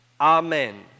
Amen